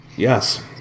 Yes